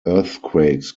earthquakes